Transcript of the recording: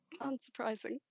Unsurprising